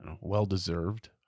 well-deserved